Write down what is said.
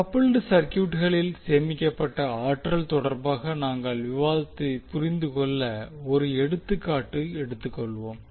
coupled சர்க்யூட்களில் சேமிக்கப்பட்ட ஆற்றல் தொடர்பாக நாங்கள் விவாதித்ததைப் புரிந்துகொள்ள ஒரு எடுத்துக்காட்டு எடுத்துக்கொள்வோம்